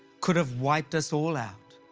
could've wiped us all out.